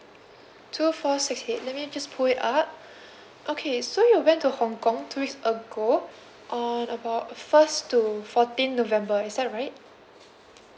two four six eight let me just pull it up okay so you went to hong kong two weeks ago on about first to fourteenth november is that right